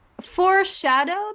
foreshadowed